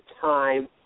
time